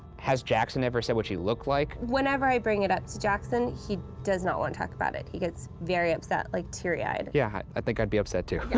has jackson ever said what she looked like? whenever i bring it up to jackson, he does not wanna talk about it. he gets very upset, like teary-eyed. yeah, i think i'd be upset too.